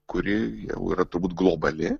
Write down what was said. kuri jau yra turbūt globali